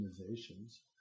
organizations